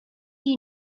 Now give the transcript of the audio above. you